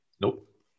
Nope